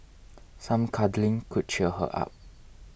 some cuddling could cheer her up